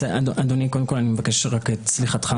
אדוני, קודם כל אני מבקש את סליחתך.